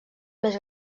més